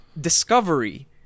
discovery